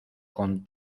con